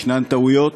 יש טעויות,